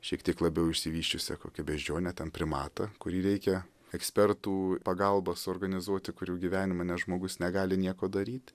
šiek tiek labiau išsivysčiusią kokią beždžionę ten primatą kurį reikia ekspertų pagalba suorganizuoti kurių gyvenime žmogus negali nieko daryt